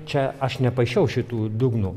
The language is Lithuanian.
čia aš nepaišiau šitų dugnų